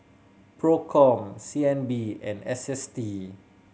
Procom C N B and S S T